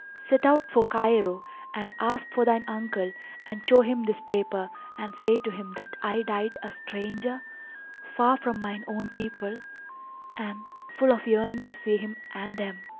set out for cairo and ask for thine uncle and show him this paper and say to him that i died a stranger far from mine own people and full of yearning to see him and them.